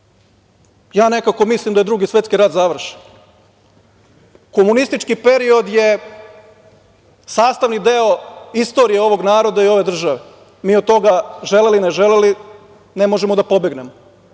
Nekako mislim da je Drugi svetski rat završen. Komunistički period je sastavni deo istorije ovog naroda i ove države. Mi od toga, želeli, ne želeli, ne možemo da pobegnemo,